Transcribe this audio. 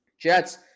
Jets